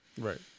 right